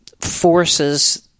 forces